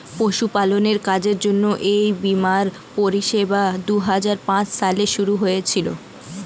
পশুপালনের কাজের জন্য এই বীমার পরিষেবা দুহাজার পাঁচ সালে শুরু হয়েছিল